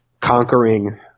conquering